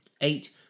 eight